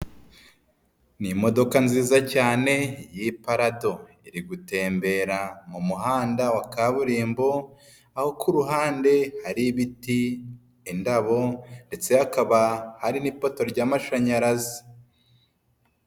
Ni modoka nziza cyane y'iparado iri gutembera mu muhanda wa kaburimbo aho ku ruhande hari ibiti, indabo ndetse hakaba hari n'ipoto ry'amashanyarazi.